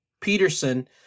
Peterson